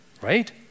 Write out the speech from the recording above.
right